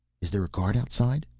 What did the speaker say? is there a guard outside?